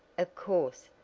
of course,